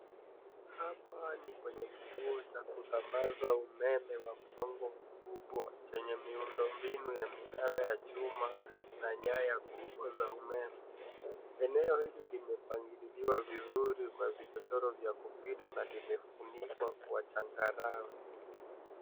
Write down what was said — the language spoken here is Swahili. Hapa ni kwenye kituo cha kusambaza umeme wa msongo mkubwa chenye miundo mbinu ya minara ya chuma na nyaya kubwa za umeme. Eneo hili limepangililiwa vizuri kwa vichochoro vya kupita na limefunikwa kwa changarawe.